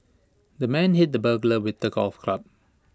the man hit the burglar with A golf club